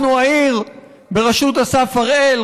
אנחנו העיר בראשות אסף הראל,